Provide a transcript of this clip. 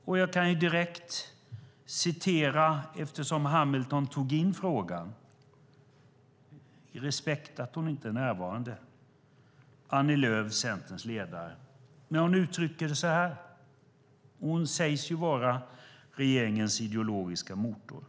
Eftersom Hamilton tog upp frågan kan jag direkt citera, med respekt för att hon inte är närvarande, Annie Lööf, Centerns ledare. Hon sägs ju vara regeringens ideologiska motor.